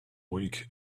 week